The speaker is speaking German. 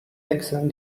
wechseln